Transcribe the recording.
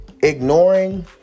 ignoring